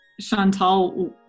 Chantal